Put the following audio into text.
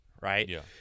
right